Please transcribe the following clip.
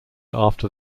after